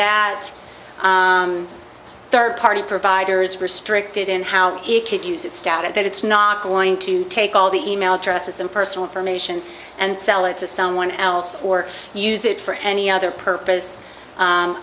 that third party providers restricted in how it could use it static that it's not going to take all the email addresses and personal information and sell it to someone else or use it for any other purpose